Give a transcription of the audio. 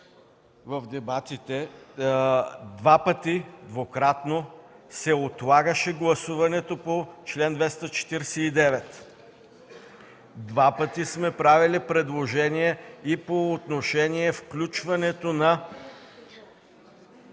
в дебатите двукратно се отлагаше гласуването по чл. 249. Два пъти сме правили предложение и по отношение включването на